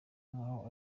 nkaho